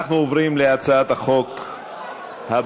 אנחנו עוברים להצעת החוק הבאה.